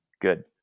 Good